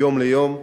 "יום ליום",